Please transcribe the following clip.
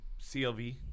CLV